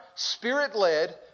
Spirit-led